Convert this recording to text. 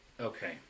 Okay